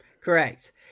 Correct